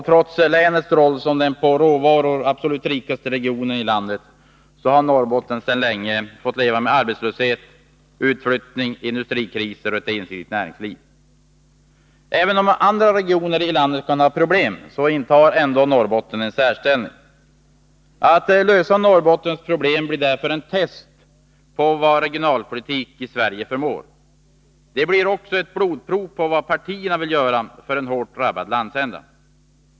Trots länets roll som den på råvaror absolut rikaste regionen i landet har Norrbotten sedan länge fått leva med arbetslöshet, utflyttning, industrikriser och ett ensidigt näringsliv. Även om också andra regioner i landet har problem, intar Norrbotten en särställning. Att lösa Norrbottens problem blir därför ett test på vad regionalpolitik i Sverige förmår. Det blir också ett ”blodprov” som visar vad partierna vill göra för en hårt drabbad landsända.